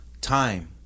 time